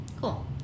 cool